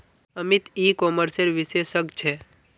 अमित ई कॉमर्सेर विशेषज्ञ छे